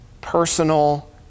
personal